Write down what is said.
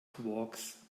quarks